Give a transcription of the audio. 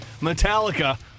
Metallica